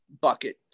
bucket